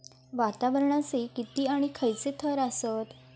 वातावरणाचे किती आणि खैयचे थर आसत?